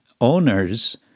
owners